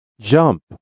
Jump